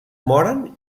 moren